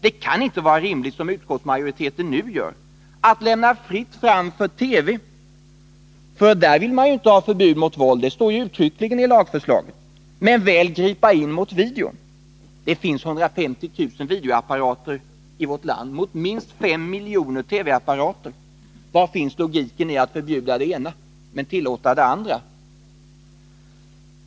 Det kan inte vara rimligt, som utskottsmajoriteten nu gör, att lämna fritt fram för TV, för där vill man inte ha förbud mot våld — det står uttryckligen i lagförslaget — men väl gripa in mot videon. Det finns 150 000 videoapparater i vårt land mot minst 5 miljoner TV-apparater. Var finns logiken i att förbjuda det ena men tillåta det andra?